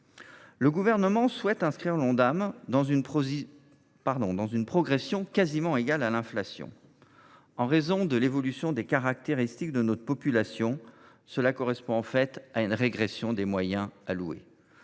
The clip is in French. Le Gouvernement souhaite inscrire l’Ondam dans une progression quasiment égale à l’inflation. En raison de l’évolution des caractéristiques de notre population, cela correspond en fait à une régression des moyens alloués.